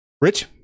Rich